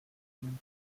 and